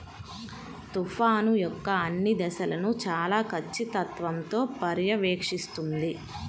తుఫాను యొక్క అన్ని దశలను చాలా ఖచ్చితత్వంతో పర్యవేక్షిస్తుంది